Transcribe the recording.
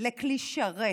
לכלי שרת,